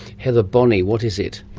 heather bonney, what is it?